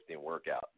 workout